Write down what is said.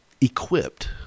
equipped